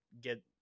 get